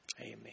Amen